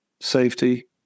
safety